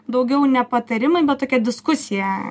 daugiau ne patarimai bet tokia diskusija